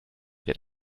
wird